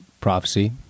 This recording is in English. prophecy